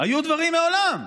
היו דברים מעולם,